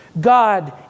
God